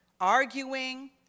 arguing